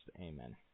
Amen